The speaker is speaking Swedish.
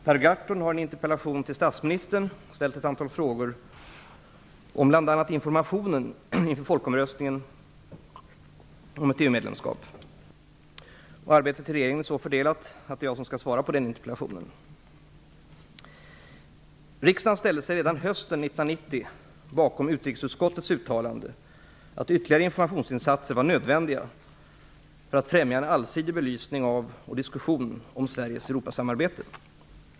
Herr talman! Per Gahrtonl har i en interpellation till statsministern ställt ett antal frågor om bl.a. medlemskap. Arbetet i regeringen är så fördelat att det är jag som skall svara på interpellationen. Riksdagen ställde sig redan hösten 1990 bakom utrikesutskottets uttalande att ytterligare informationsinsatser var nödvändiga i syfte att främja en allsidig belysning av och diskussion om Sveriges Europasamarbete.